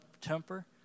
temper